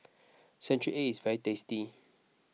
Century Egg is very tasty